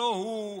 ולא הוא,